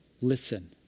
listen